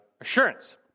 assurance